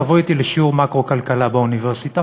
תבוא אתי לשיעור מקרו-כלכלה באוניברסיטה.